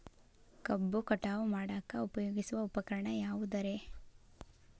ಕಬ್ಬು ಕಟಾವು ಮಾಡಾಕ ಉಪಯೋಗಿಸುವ ಉಪಕರಣ ಯಾವುದರೇ?